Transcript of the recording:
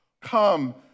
Come